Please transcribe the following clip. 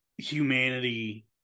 Humanity